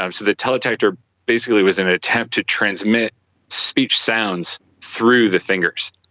um so the teletactor basically was an attempt to transmit speech sounds through the fingers.